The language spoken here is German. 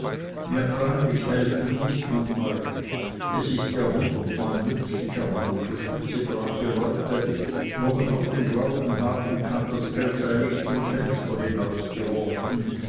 ja freilich helfen muß man euch es ist ja hundertmal nützlicher man unterstütze brave leute wo man noch den glauben haben kann das geld sei nicht zum fenster